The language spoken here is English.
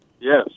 Yes